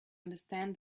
understand